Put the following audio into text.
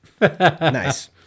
nice